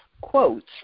quotes